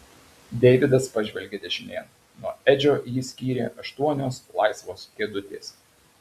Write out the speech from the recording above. deividas pažvelgė dešinėn nuo edžio jį skyrė aštuonios laisvos kėdutės